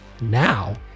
Now